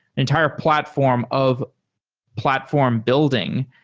entire platform of platform building.